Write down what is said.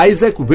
Isaac